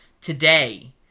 today